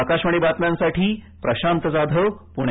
आकाशवाणी बातम्यांसाठी प्रशांत जाधव पुणे